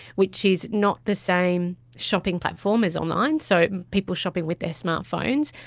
which is not the same shopping platform as online. so people shopping with their smart phones.